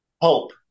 hope